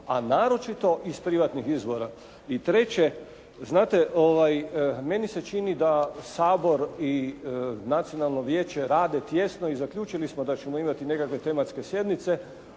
a naročito iz privatnih izvora. I treće, znate meni se čini da Sabor i Nacionalno vijeće rade tijesno i zaključili smo da ćemo imati nekakve tematske sjednice.